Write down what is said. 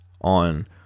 on